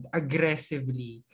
aggressively